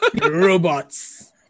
Robots